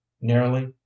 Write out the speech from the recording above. nearly